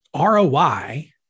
ROI